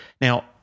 Now